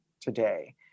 today